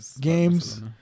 games